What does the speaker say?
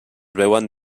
veuen